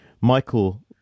Michael